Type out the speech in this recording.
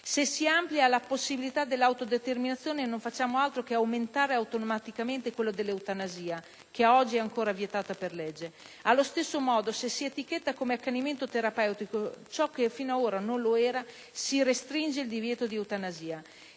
Se si amplia la possibilità dell'autodeterminazione non facciamo altro che aumentare automaticamente quella dell'eutanasia ad oggi vietata per legge. Allo stesso modo se si etichetta come accanimento terapeutico ciò che fino ad ora non lo era si restringe il divieto di eutanasia.